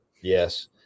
Yes